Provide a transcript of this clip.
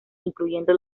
incluyendo